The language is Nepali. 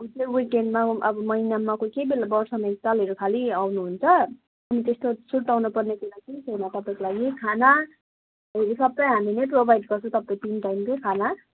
ऊ चाहिँ विकएन्डमा अब महिनामा कोही कोही बेला बर्षमा एकतालहरू खालि आउनुहुन्छ अनि त्यस्तो सुर्ताउनु पर्ने कुरा केही छैन तपाईँको लागि खानाहरू सबै हामी नै प्रोभाइड गर्छु तपाईँ तिन टाइमकै खाना